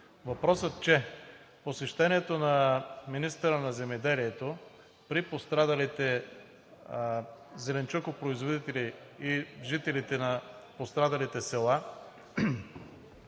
Въпросът е, че посещението на министъра на земеделието при пострадалите зеленчукопроизводители и жителите от пострадалите села